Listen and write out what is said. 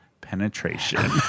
penetration